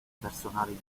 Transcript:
personali